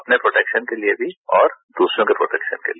अपने प्रोटैक्शन के लिए भी और दूसरों के प्रोटैक्शन के लिए